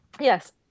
Yes